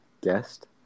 guest